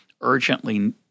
urgently